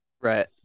right